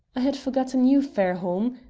i had forgotten you, fairholme.